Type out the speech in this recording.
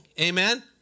Amen